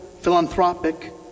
philanthropic